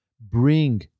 bring